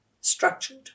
structured